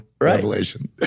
revelation